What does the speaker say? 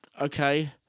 okay